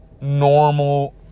normal